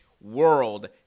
World